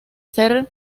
ser